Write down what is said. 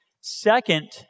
Second